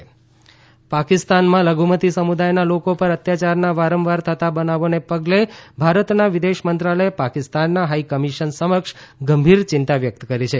વિદેશ મંત્રાલય પાકિસ્તાનમાં લધુમતી સમુદાયના લોકો પર અત્યાચારના વારંવાર થતા બનાવોને પગલે ભારતના વિદેશ મંત્રાલયે પાકિસ્તાનના હાઈ કમિશન સમક્ષ ગંભીર ચિંતા વ્યક્ત કરી છે